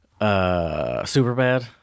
Superbad